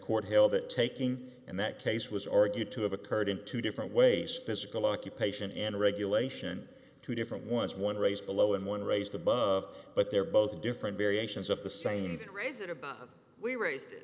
court held that taking in that case was argued to have occurred in two different ways physical occupation and regulation two different ones one race below and one raised above but they're both different variations of the same that raise it about we raised